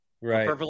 Right